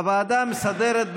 הוועדה המסדרת,